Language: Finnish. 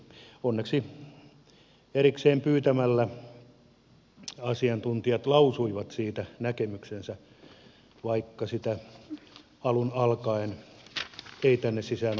onneksi erikseen pyytämällä asiantuntijat lausuivat siitä näkemyksensä vaikka sitä alun alkaen ei tänne sisään ollutkaan kirjoitettu